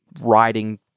riding